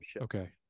Okay